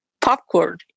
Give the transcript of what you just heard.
popcorn